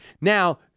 Now